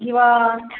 किंवा